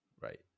Right